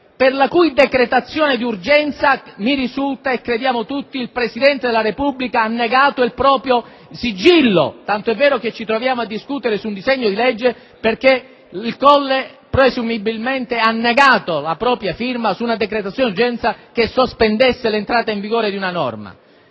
per la cui decretazione d'urgenza mi risulta - lo crediamo tutti - che il Presidente della Repubblica abbia negato il proprio sigillo; tant'è vero che ci troviamo a discutere su un disegno di legge perché il Colle presumibilmente ha negato la propria firma su una decretazione d'urgenza che sospendesse l'entrata in vigore di una norma.